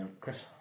Chris